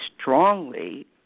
strongly